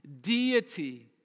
Deity